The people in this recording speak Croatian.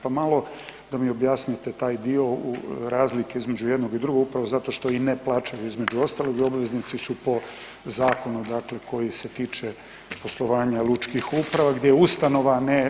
Pa malo da mi objasnite taj dio razlike između jednog i drugog upravo zato što i ne plaćaju između ostalog i obveznici su po zakonu dakle koji se tiče poslovanja lučnih uprava gdje ustanova ne